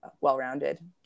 well-rounded